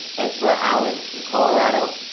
ezra allen from colorado.